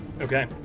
Okay